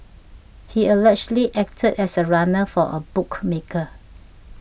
he allegedly acted as a runner for a bookmaker